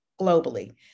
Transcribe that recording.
globally